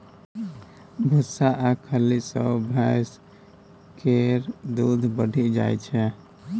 भुस्सा आ खल्ली सँ भैंस केर दूध बढ़ि जाइ छै